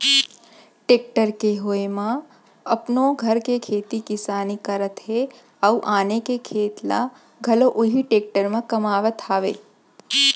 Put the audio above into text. tractor के होय म अपनो घर के खेती किसानी करत हें अउ आने के खेत ल घलौ उही टेक्टर म कमावत हावयँ